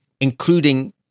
including